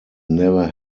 never